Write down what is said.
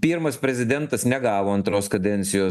pirmas prezidentas negavo antros kadencijo